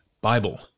Bible